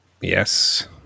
Yes